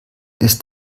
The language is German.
ist